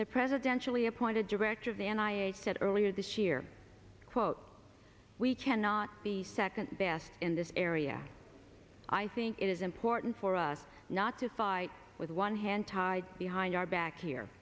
the presidential he appointed director of the and i said earlier this year quote we cannot be second best in this area i think it is important for us not to fight with one hand tied behind our back here